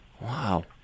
Wow